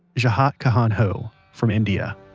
jaat kahan ho. from india